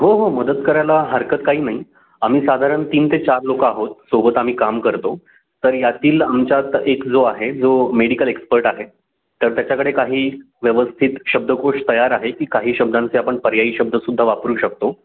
हो हो मदत करायला हरकत काही नाही आम्ही साधारण तीन ते चार लोक आहोत सोबत आम्ही काम करतो तर यातील आमच्यात एक जो आहे जो मेडिकल एक्सपर्ट आहे तर त्याच्याकडे काही व्यवस्थित शब्दकोष तयार आहे की काही शब्दांचे आपण पर्यायी शब्द सुद्धा वापरू शकतो